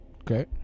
Okay